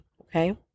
Okay